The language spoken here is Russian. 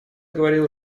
говорил